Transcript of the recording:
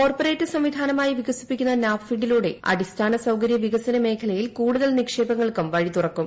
corporate സംവിധാനമായി വികസിപ്പിക്കുന്ന നാബ്ഫിഡിലൂടെ അടിസ്ഥാന സൌകരൃ വികസന മേഖലയിൽ കൂടുതൽ നിക്ഷേപങ്ങൾക്കും വഴി തുറക്കും